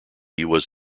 was